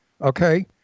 okay